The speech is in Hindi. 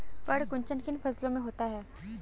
पर्ण कुंचन किन फसलों में होता है?